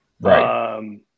Right